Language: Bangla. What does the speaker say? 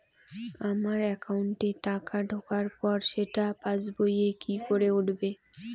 আমার একাউন্টে টাকা ঢোকার পর সেটা পাসবইয়ে কি করে উঠবে?